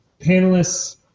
Panelists